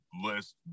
list